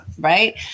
right